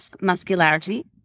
muscularity